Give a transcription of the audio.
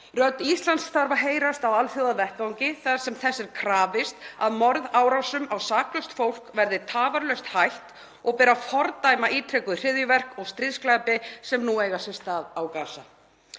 Rödd Íslands þarf að heyrast á alþjóðavettvangi þar sem þess er krafist að morðárásum á saklaust fólk verði tafarlaust hætt og ber að fordæma ítrekuð hryðjuverk og stríðsglæpi sem nú eiga sér stað á Gaza.